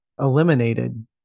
eliminated